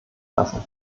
lassen